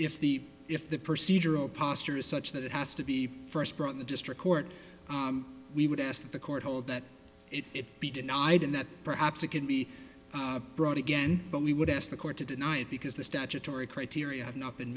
if the if the procedural posture is such that it has to be first brought in the district court we would ask that the court hold that it be denied and that perhaps it can be brought again but we would ask the court to deny it because the statutory criteria have not been